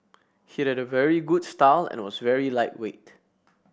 he had a very good style and was very lightweight